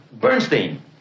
Bernstein